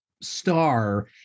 star